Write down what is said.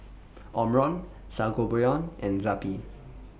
Omron Sangobion and Zappy